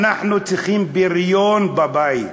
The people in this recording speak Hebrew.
אנחנו צריכים בריון בבית,